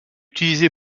utilisé